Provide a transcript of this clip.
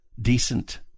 decent